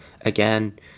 again